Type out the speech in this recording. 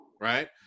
right